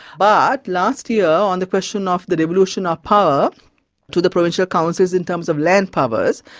but last year on the question of the revolution of power to the provincial councils in terms of land powers,